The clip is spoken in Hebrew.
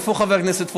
איפה חבר הכנסת פולקמן?